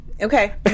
Okay